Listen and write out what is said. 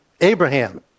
Abraham